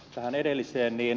tähän edelliseen